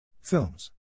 Films